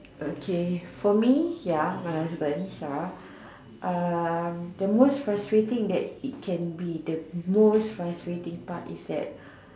okay for me ya my husband Sha um the most frustrating that it can be the most frustrating part is that